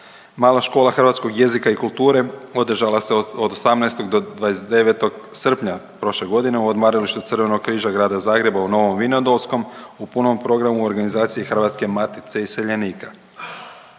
Mala škola hrvatskog jezika i kulture održala se od 18. do 29. srpnja prošle godine u Odmaralištu Crvenog križa Grada Zagreba u Novom Vinodolskom u punom programu u organizaciji Hrvatske matice iseljenika.